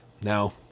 Now